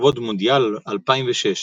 לכבוד מונדיאל 2006,